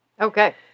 Okay